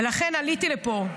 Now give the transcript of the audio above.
ולכן עליתי לפה,